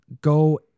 go